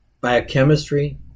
biochemistry